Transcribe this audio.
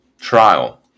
trial